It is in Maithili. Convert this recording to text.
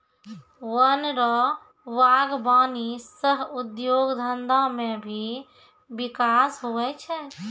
वन रो वागबानी सह उद्योग धंधा मे भी बिकास हुवै छै